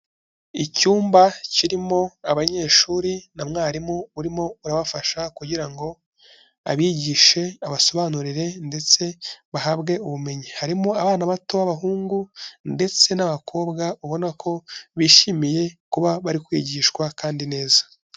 Icyumba kirimo abanyeshuri, na mwarimu urimo urabafasha kugira ngo, abigishe abasobanurire ndetse bahabwe ubumenyi. Harimo abana bato b'abahungu, ndetse n'abakobwa ubona ko bishimiye kuba bari kwigishwa kandi neza.